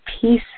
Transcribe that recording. peace